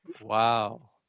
Wow